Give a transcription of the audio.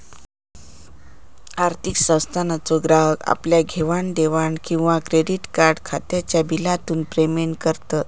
आर्थिक संस्थानांचे ग्राहक आपल्या घेवाण देवाण किंवा क्रेडीट कार्ड खात्याच्या बिलातून पेमेंट करत